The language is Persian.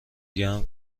گرم